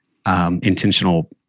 Intentional